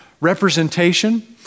representation